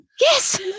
Yes